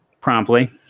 Promptly